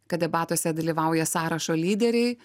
kad debatuose dalyvauja sąrašo lyderiai